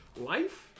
Life